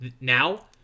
now